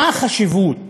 מה החשיבות